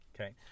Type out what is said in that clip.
Okay